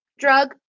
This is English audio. Drug